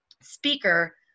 speaker